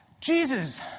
Jesus